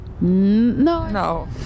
No